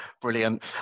Brilliant